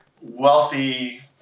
wealthy